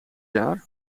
jaar